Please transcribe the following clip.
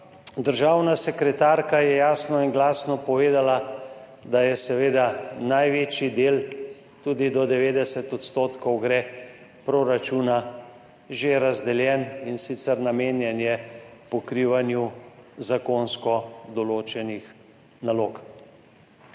državna sekretarka je jasno in glasno povedala, da je seveda največji del, tudi do 90 %, proračuna že razdeljen, in sicer je namenjen pokrivanju zakonsko določenih nalog.